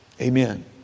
Amen